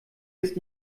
ist